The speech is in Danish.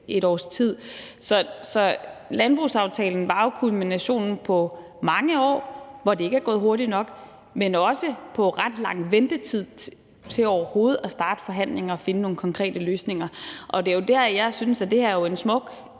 et års tid. Så landbrugsaftalen var jo kulminationen på mange år, hvor det ikke er gået hurtigt nok, men også kulminationen på ret lang ventetid til overhovedet at starte forhandlingerne og finde nogle konkrete løsninger. Det er jo der, jeg synes, at det her er en smuk